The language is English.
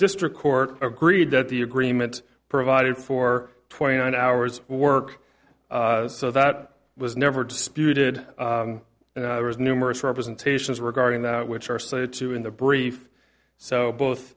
district court agreed that the agreement provided for twenty nine hours work so that was never disputed and numerous representations regarding that which are cited to in the brief so both